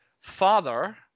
father